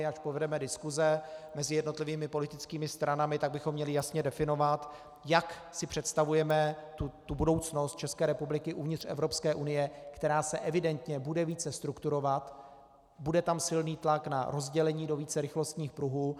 Až povedeme diskuse mezi jednotlivými politickými stranami, tak bychom měli jasně definovat, jak si představujeme budoucnost České republiky uvnitř Evropské unie, která se evidentně bude více strukturovat, bude tam silný tlak na rozdělení do vícerychlostních pruhů.